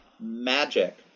magic